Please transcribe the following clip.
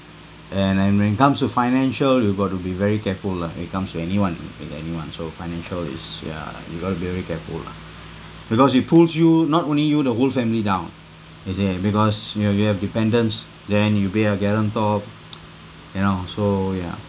and and when comes to financial you got to be very careful lah it comes to anyone it can be anyone so financial is yeah you got to be very careful lah because it pulls you not only you the whole family down you see because you know you have dependence then you be a guarantor you know so ya